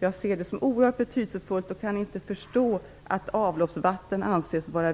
Jag ser det alltså som oerhört betydelsefullt, och jag kan inte förstå att avloppsvatten anses vara